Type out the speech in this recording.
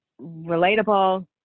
relatable